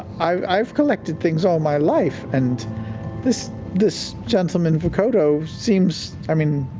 i've i've collected things all my life, and this this gentleman vokodo seems. i mean,